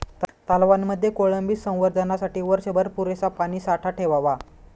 तलावांमध्ये कोळंबी संवर्धनासाठी वर्षभर पुरेसा पाणीसाठा ठेवावा